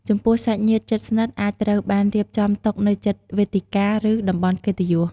ចំពោះសាច់ញាតិជិតស្និទ្ធអាចត្រូវបានរៀបចំតុនៅជិតវេទិកា ឬតំបន់កិត្តិយស។